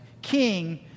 King